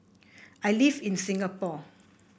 I live in Singapore